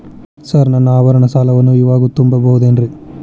Sir ನನ್ನ ಆಭರಣ ಸಾಲವನ್ನು ಇವಾಗು ತುಂಬ ಬಹುದೇನ್ರಿ?